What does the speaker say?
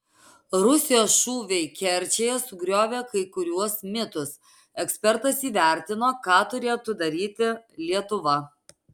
rusijos šūviai kerčėje sugriovė kai kuriuos mitus ekspertas įvertino ką turėtų daryti lietuva